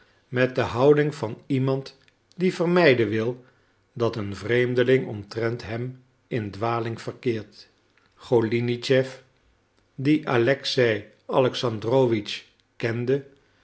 met de houding van iemand die vermijden wil dat een vreemdeling omtrent hem in dwaling verkeert golinitschef die alexei alexandrowitsch kende